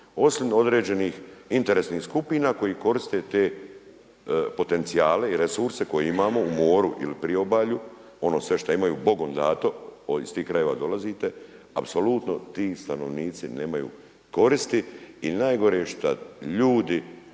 osim određenih interesnih skupina koji koriste te potencijale i resurse koje imamo u moru ili u priobalju ono sve što imaju bogom dato iz tih krajeva dolazite apsolutno ti stanovnici nemaju koristi. I najgore je šta ljudi